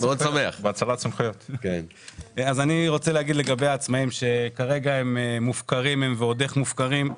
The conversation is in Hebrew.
כרגע העצמאיים מופקרים, ועוד איך מופקרים.